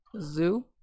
Zoo